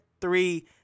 three